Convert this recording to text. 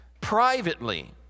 privately